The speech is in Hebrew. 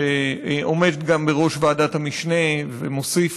שעומד גם בראש ועדת המשנה ומוסיף